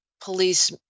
police